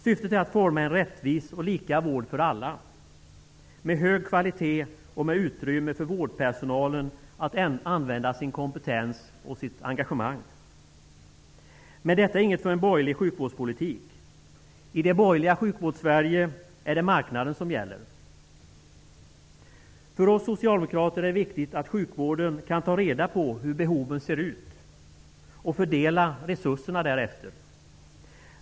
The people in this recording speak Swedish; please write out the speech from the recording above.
Syftet är att forma en rättvis och lika vård för alla, med hög kvalitet och med utrymme för vårdpersonalen att använda sin kompetens och sitt engagemang. Men detta är inget för en borgerlig sjukvårdspolitik. I det borgerliga Sjukvårdssverige är det marknaden som gäller. För oss socialdemokrater är det viktigt att sjukvården kan ta reda på hur behoven ser ut och fördela resurserna därefter.